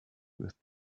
with